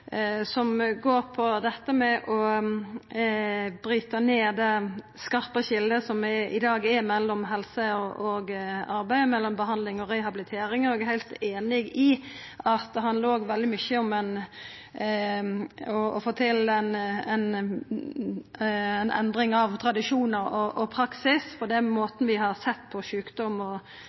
som går på dette med å bryta ned det skarpe skiljet som i dag er mellom helse og arbeid, mellom behandling og rehabilitering, og eg er heilt einig i at det handlar veldig mykje om å få til ei endring av tradisjonar og praksis for den måten vi har sett på sjukdom på – det